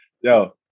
Yo